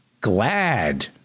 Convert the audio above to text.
glad